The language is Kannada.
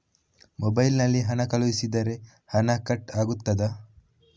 ಮೊಬೈಲ್ ನಲ್ಲಿ ಹಣ ಕಳುಹಿಸಿದರೆ ಹಣ ಕಟ್ ಆಗುತ್ತದಾ?